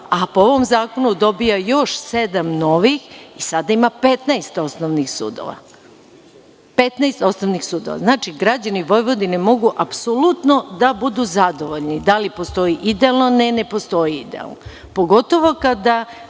a po ovom zakonu dobija još sedam novih i sada ima 15 osnovnih sudova. Znači, građani Vojvodine mogu apsolutno da budu zadovoljni da li postoji idealno ili ne postoji idealno, pogotovo kada